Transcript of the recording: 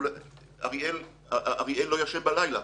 אריאל לא ישן בלילה.